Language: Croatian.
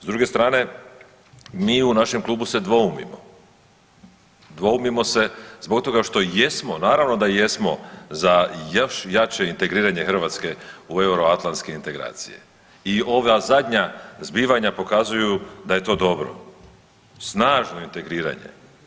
S druge strane mi u našem klubu se dvoumimo, dvoumimo se zbog toga što jesmo, naravno da jesmo za još jače integriranje Hrvatske u euroatlantske integracije i ova zadnja zbivanja pokazuju da je to dobro, snažno integriranje.